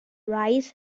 rice